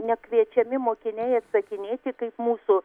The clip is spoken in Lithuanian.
nekviečiami mokiniai atsakinėti kaip mūsų